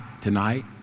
tonight